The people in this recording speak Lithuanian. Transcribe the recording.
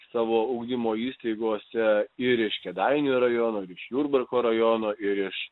savo ugdymo įstaigose ir iš kėdainių rajono ir iš jurbarko rajono ir iš